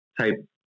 type